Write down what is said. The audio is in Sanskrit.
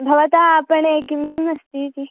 भवतः आपणे किं किम् अस्ति इति